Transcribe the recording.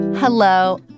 Hello